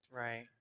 Right